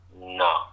No